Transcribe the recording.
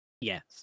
Yes